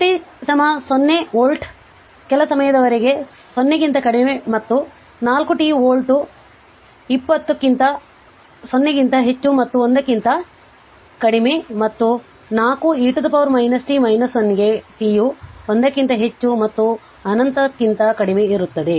vt 0 volt ಕೆಲ ಸಮಯದವರೆಗೆ 0 ಗಿಂತ ಕಡಿಮೆ ಮತ್ತು 4 t ವೋಲ್ಟ್ 20 0 ಕ್ಕಿಂತ ಹೆಚ್ಚು ಮತ್ತು 1 ಕ್ಕಿಂತ ಕಡಿಮೆ ಮತ್ತು 4 e t 1 ಗೆ t ಯು 1 ಕ್ಕಿಂತ ಹೆಚ್ಚು ಮತ್ತು ಅನಂತಕ್ಕಿಂತ ಕಡಿಮೆ ಇರುತ್ತದೆ